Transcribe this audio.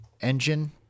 engine